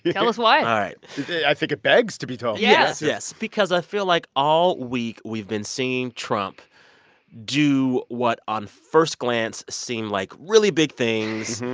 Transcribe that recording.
tell us why all right yeah i think it begs to be told, yes yeah yes, because i feel like, all week, we've been seeing trump do what, on first glance, seem like really big things,